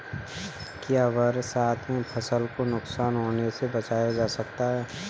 क्या बरसात में फसल को नुकसान होने से बचाया जा सकता है?